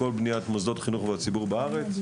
כל בניית מוסדות החינוך והציבור בארץ.